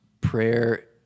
prayer